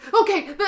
Okay